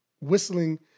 whistling